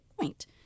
point